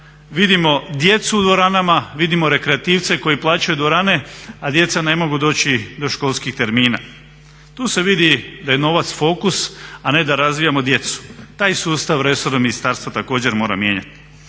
vidimo djecu u dvoranama, vidimo rekreativce koji plaćaju dvorane, a djeca ne mogu doći do školskih termina. Tu se vidi da je novac fokus, a ne da razvijamo djecu. Taj sustav resorno ministarstvo također mora mijenjati.